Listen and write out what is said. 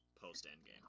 post-Endgame